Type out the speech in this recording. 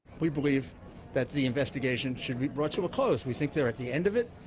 we believe that the investigation should be brought to a close. we think they're at the end of it.